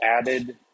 added